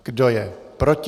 Kdo je proti?